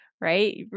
right